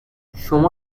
شما